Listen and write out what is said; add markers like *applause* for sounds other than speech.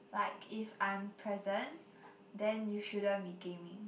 like if I'm present *breath* then you shouldn't be gaming